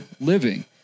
living